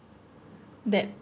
that